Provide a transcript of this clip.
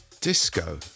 Disco